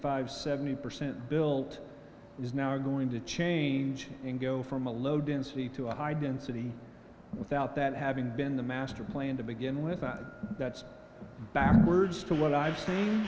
five seventy percent built is now going to change and go from a low density to a high density without that having been the master plan to begin with but that's backwards to what i'